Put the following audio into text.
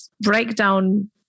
breakdown